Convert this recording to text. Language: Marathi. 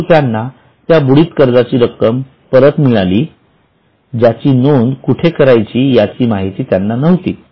परंतु त्यांना त्या बुडीत कर्जाची रक्कम परत मिळालीज्याची नोंद कुठे करायची याची माहिती त्यांना नव्हती